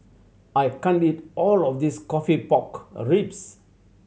I can't eat all of this coffee pork ribs